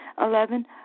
Eleven